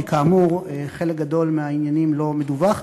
כי כאמור חלק גדול מהעניינים לא מדווחים.